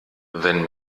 wenn